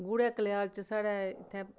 गुड़े कल्याल च साढ़े इत्थै